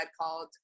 called